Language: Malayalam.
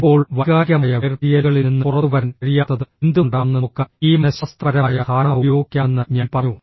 ഇപ്പോൾ വൈകാരികമായ വേർപിരിയലുകളിൽ നിന്ന് പുറത്തുവരാൻ കഴിയാത്തത് എന്തുകൊണ്ടാണെന്ന് നോക്കാൻ ഈ മനഃശാസ്ത്രപരമായ ധാരണ ഉപയോഗിക്കാമെന്ന് ഞാൻ പറഞ്ഞു